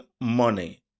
money